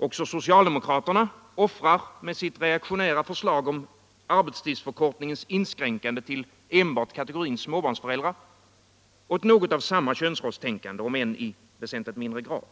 Också socialdemokraterna offrar, med sitt reaktionära förslag om arbetstidsförkortningens inskränkande till enbart kategorin småbarnsföräldrar, åt samma könsrollstänkande; om än i väsentligt mindre utsträckning.